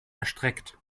erstreckt